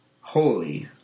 holy